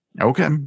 Okay